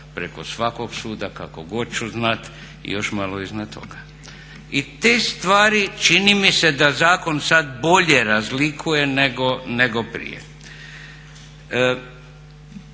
preko svakog suda, kako god ću znati i još malo iznad toga. I te stvari čini mi se da zakon sada bolje razlikuje nego prije.